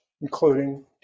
including